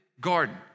garden